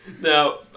Now